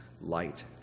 light